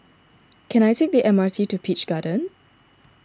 can I take the M R T to Peach Garden